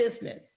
business